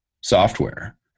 software